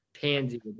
pansy